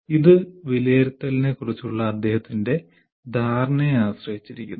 ഇത് വിലയിരുത്തലിനെക്കുറിച്ചുള്ള അദ്ദേഹത്തിന്റെ ധാരണയെ ആശ്രയിച്ചിരിക്കുന്നു